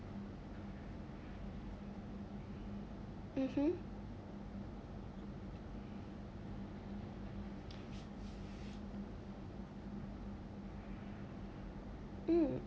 mmhmm mm